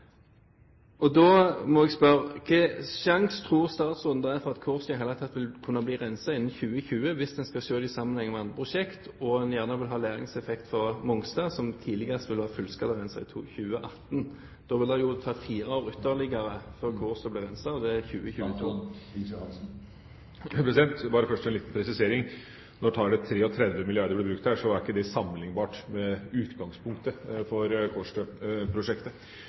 Da må jeg spørre: Hvilken sjanse tror statsråden det er for at Kårstø i det hele tatt vil kunne bli renset innen 2020 hvis en skal se det i sammenheng med andre prosjekt og en gjerne vil ha læringseffekt fra Mongstad, som tidligst vil være fullskalarenset i 2018? Da vil det jo ta ytterligere fire år før Kårstø blir renset, og da er det 2022. Først bare en liten presisering. Når tallet 33 mrd. kr blir brukt her, er ikke det sammenlignbart med utgangspunktet for